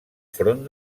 front